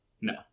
No